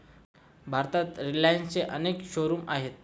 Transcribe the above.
भारतात रिलायन्सचे अनेक शोरूम्स आहेत